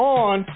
on